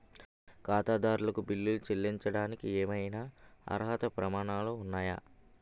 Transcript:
ఖాతాదారులకు బిల్లులు చెల్లించడానికి ఏవైనా అర్హత ప్రమాణాలు ఉన్నాయా?